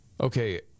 okay